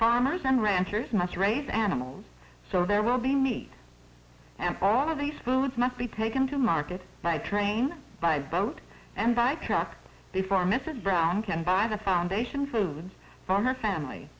farmers and ranchers must raise animals so there will be meat and all of these foods must be taken to market by train by boat and by truck before mrs brown can buy the foundation food farmer family